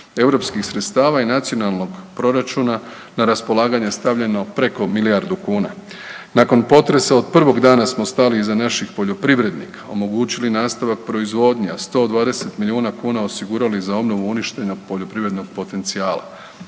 različitih sredstava i nacionalnog proračuna na raspolaganje stavljeno preko milijardu kuna. Nakon potresa od prvog dana smo stali iza naših poljoprivrednika, omogućili nastavak proizvodnje od 120 milijuna osigurali za obnovu uništenog poljoprivrednog potencijala.